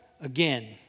again